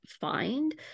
find